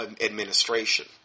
Administration